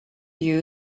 you